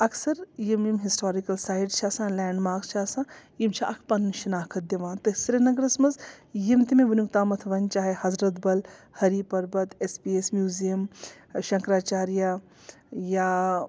اَکثر یِم یِم ہِسٹارِکَل سایٹ چھِ آسان لینٛڈ مارکٕس چھِ آسان یِم چھِ اَکھ پَنٕنۍ شِناخت دِوان تہٕ سرینگرَس منٛز یِم تہِ مےٚ ونیُک تامَتھ وۅنۍ چاہے Hazratbal Hari Parbat S P S museum شنکرآچارِیہِ یا